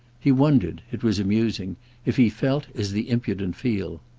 he wondered it was amusing if he felt as the impudent feel.